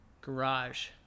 Garage